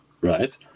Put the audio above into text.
right